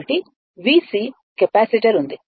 కాబట్టి VCకెపాసిటర్ ఉంది